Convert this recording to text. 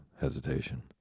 hesitation